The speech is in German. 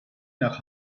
nach